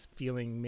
feeling